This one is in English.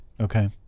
Okay